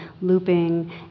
looping